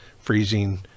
freezing